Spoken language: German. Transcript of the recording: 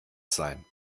sein